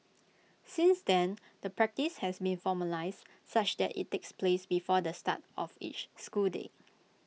since then the practice has been formalised such that IT takes place before the start of each school day